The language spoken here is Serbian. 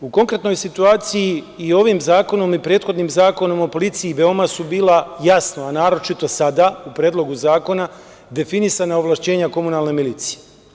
U konkretnoj situaciji, i ovim zakonom i prethodnim Zakonom o policiji veoma su bila jasna, a naročito sada, u Predlogu zakona, definisana ovlašćenja komunalne milicije.